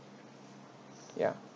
ya